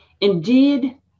Indeed